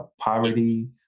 poverty